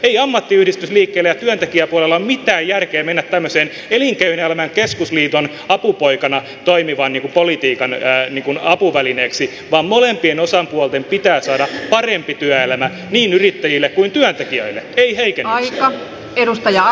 ei ammattiyhdistysliikkeellä ja työntekijäpuolella ole mitään järkeä mennä tämmöisen elinkeinoelämän keskusliiton apupoikana toimivan politiikan apuvälineeksi vaan molempien osapuolten pitää saada parempi työelämä ei heikennyksiä niin yrittäjille kuin työntekijöille